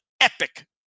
Epic